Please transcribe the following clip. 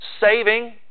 saving